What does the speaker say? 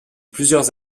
plusieurs